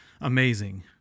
amazing